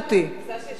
מזל שיש Ynet.